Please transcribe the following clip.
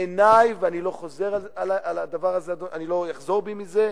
בעיני, ואני לא אחזור בי מזה,